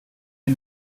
die